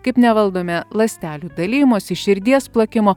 kaip nevaldome ląstelių dalijimosi širdies plakimo